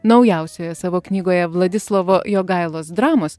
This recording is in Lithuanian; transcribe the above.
naujausioje savo knygoje vladislovo jogailos dramos